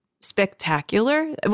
spectacular